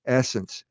essence